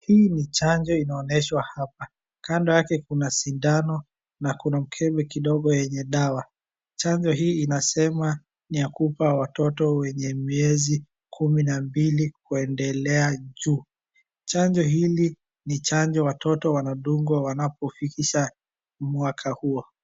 Hii ni chanjo inaonyeshwa hapa. Kando yake kuna sindano na kuna mkebe kidogo yenye dawa. Chanjo hii inasema ni ya kupa watoto wenye miezi kumi na mbili kuendelea juu. Chanjo hili ni chanjo watoto wanadungwa wanapofikisha mwaka huo.